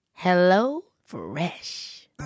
HelloFresh